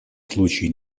случае